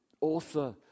author